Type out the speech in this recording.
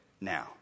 now